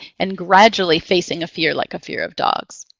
and gradually facing a fear like a fear of dogs.